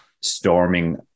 storming